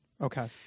Okay